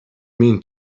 mean